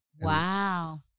Wow